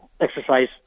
exercise